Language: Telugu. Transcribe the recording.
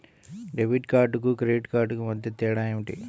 డెబిట్ కార్డుకు క్రెడిట్ కార్డుకు మధ్య తేడా ఏమిటీ?